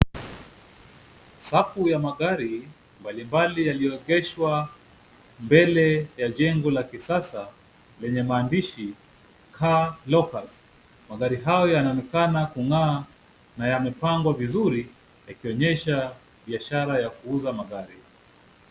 Safu ya magari, mbalimbali yaliyoegeshwa mbele ya jengo la kisasa lenye maandishi car lock house . Magari hayo yanaonekana kung'aa na yamepangwa vizuri, ikionyesha biashara ya kuuza magari.